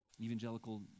Evangelical